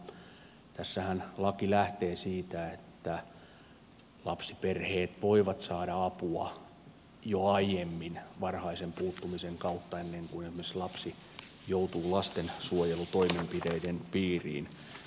tässähän laki lähtee siitä että lapsiperheet voivat saada apua jo aiemmin varhaisen puuttumisen kautta ennen kuin esimerkiksi lapsi joutuu lastensuojelutoimenpiteiden piiriin